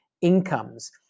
incomes